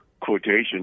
quotation